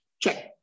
check